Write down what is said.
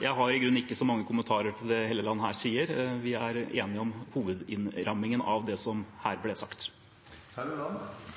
Jeg har i grunnen ikke så mange kommentarer til det Helleland her sier. Vi er enige om hovedinnrammingen av det som her ble sagt.